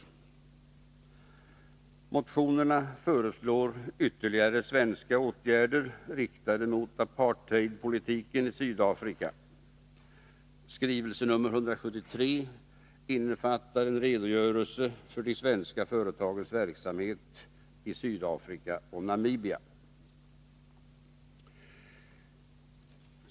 I motionerna föreslås ytterligare svenska åtgärder, riktade mot apartheidpolitiken i Sydafrika. Skrivelse 173 innefattar en redogörelse för de svenska företagens verksamhet i Sydafrika och Namibia.